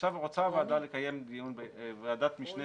רוצה הוועדה לקיים דיון בוועדת המשנה